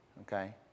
okay